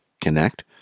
connect